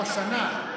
לא, שנה.